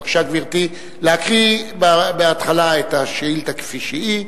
בבקשה, גברתי, להקריא בהתחלה את השאילתא כפי שהיא,